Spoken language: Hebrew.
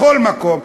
בכל מקום,